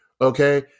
okay